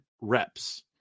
reps